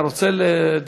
אתה רוצה,